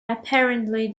apparently